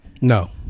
No